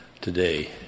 today